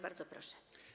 Bardzo proszę.